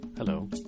Hello